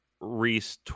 Reese